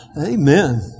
Amen